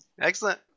Excellent